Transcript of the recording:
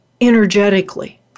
energetically